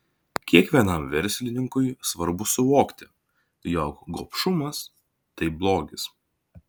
kiekvienam verslininkui svarbu suvokti jog gobšumas tai blogis